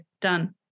done